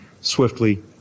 swiftly